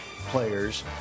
players